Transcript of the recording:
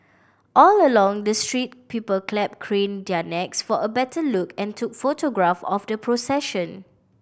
all along the street people clapped craned their necks for a better look and took photograph of the procession